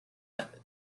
method